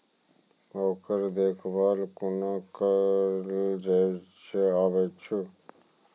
ओकर देखभाल कुना केल जायत अछि?